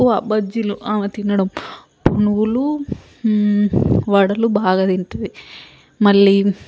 తక్కువ బజ్జీలు ఆమె తినడం పునుగులు వడలు బాగా తింటుంది మళ్ళీ